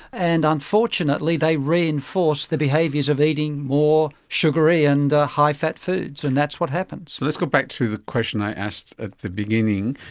and unfortunately they reinforce the behaviours of eating more sugary and high fat foods, and that's what happens. so let's go back to the question i asked at the beginning.